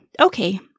okay